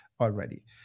already